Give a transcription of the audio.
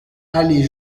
allée